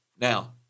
Now